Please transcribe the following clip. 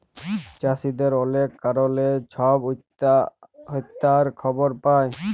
চাষীদের অলেক কারলে ছব আত্যহত্যার খবর পায়